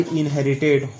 inherited